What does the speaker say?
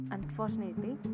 Unfortunately